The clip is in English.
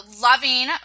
loving